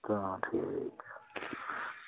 तां ठीक ऐ